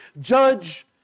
judge